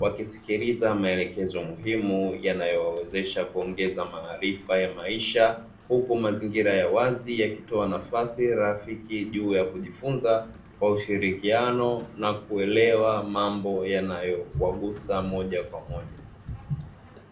wakisikiliza maelekezo ya muhimu yanayowawezesha kuongeza maarifa ya maisha, huku mazingira ya wazi yakitoa nafasi rafiki juu ya kujifunza kwa ushirikiano na kuelewa mambo yanayowagusa moja kwa moja.